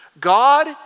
God